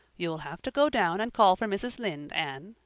you'll have to go down and call for mrs. lynde, anne,